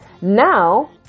Now